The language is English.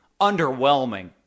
underwhelming